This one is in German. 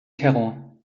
terror